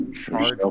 charge